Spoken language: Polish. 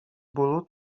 bólu